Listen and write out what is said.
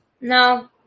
No